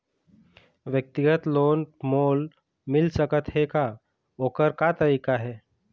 व्यक्तिगत लोन मोल मिल सकत हे का, ओकर का तरीका हे?